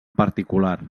particular